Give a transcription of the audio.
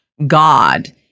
god